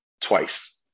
twice